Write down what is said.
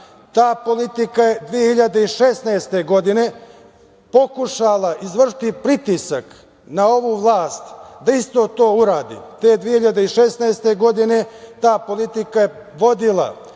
politika je 2016. godine pokušala izvršiti pritisak na ovu vlast da isto to uradi. Te 2016. godine ta politika je vodila